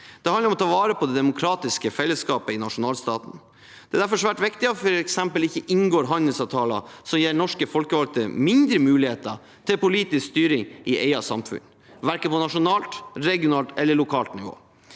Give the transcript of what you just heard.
Det handler om å ta vare på det demokratiske fellesskapet i nasjonalstaten. Det er derfor svært viktig at vi f.eks. ikke inngår handelsavtaler som gir norske folkevalgte færre muligheter til politisk styring i eget samfunn, verken på nasjonalt, regionalt eller lokalt nivå.